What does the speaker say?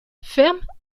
fermes